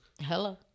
Hello